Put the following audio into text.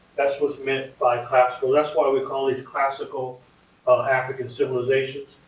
that's what's meant by classical. that's why we call these classical african civilizations.